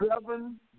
Seven